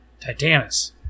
Titanus